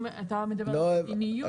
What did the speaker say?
אתה מדבר על מדיניות.